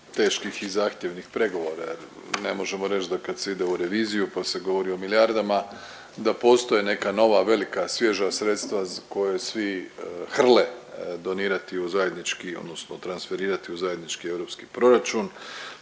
teških i zahtjevnih pregovora, ne možemo reć da kad se ide u reviziju pa se govori o milijardama da postoje neka nova, velika, svježa sredstva koje svi hrle donirati u zajednički odnosno transferirati u zajednički europski proračun.